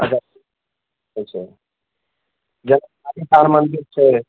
अच्छा अच्छा जेना काली स्थान मन्दिर छै